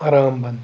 رام بَن